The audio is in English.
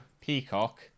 Peacock